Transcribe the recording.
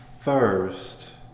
first